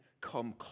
come